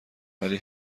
ولی